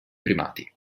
primati